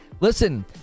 Listen